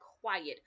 quiet